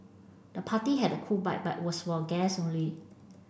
the party had a cool vibe but was for guests only